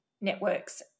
networks